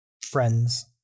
friends